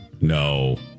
No